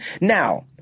Now